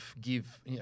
give